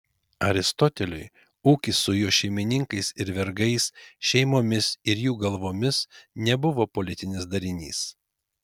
aristoteliui ūkis su jo šeimininkais ir vergais šeimomis ir jų galvomis nebuvo politinis darinys